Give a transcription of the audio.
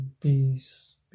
peace